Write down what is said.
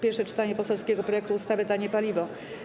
Pierwsze czytanie poselskiego projektu ustawy Tanie paliwo.